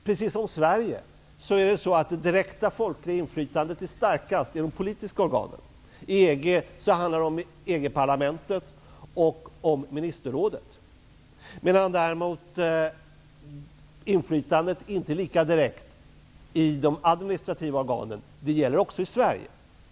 Precis som i Sverige är det direkta folkliga inflytandet starkast i de politiska organen. I EG handlar det om EG parlamentet och ministerrådet. Däremot är inflytandet inte lika direkt i de administrativa organen. Det gäller också Sverige.